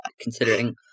considering